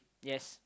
yes